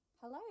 Hello